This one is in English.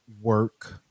work